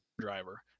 driver